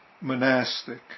monastic